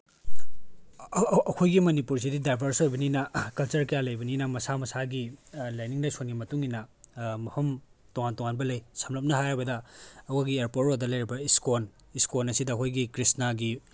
ꯑꯩꯈꯣꯏꯒꯤ ꯃꯅꯤꯄꯨꯔꯁꯤꯗꯤ ꯗꯥꯏꯚꯔꯁ ꯑꯣꯏꯕꯅꯤꯅ ꯀꯜꯆꯔ ꯀꯌꯥ ꯂꯩꯕꯅꯤꯅ ꯃꯁꯥ ꯃꯁꯥꯒꯤ ꯂꯥꯏꯅꯤꯡ ꯂꯥꯏꯁꯣꯜꯒꯤ ꯃꯇꯨꯡꯏꯟꯅ ꯃꯐꯝ ꯇꯣꯉꯥꯟ ꯇꯣꯉꯥꯟꯕ ꯂꯩ ꯁꯝꯂꯞꯅ ꯍꯥꯏꯔꯕꯗ ꯑꯩꯈꯣꯏꯒꯤ ꯑꯦꯌꯥꯔꯄꯣꯔꯠ ꯔꯣꯠꯇ ꯂꯩꯔꯤꯕ ꯏꯁꯀꯣꯟ ꯏꯁꯀꯣꯟ ꯑꯁꯤꯗ ꯑꯩꯈꯣꯏꯒꯤ ꯀ꯭ꯔꯤꯁꯅꯒꯤ